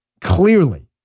clearly